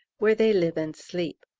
where they live and sleep.